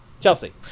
Chelsea